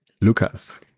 Lucas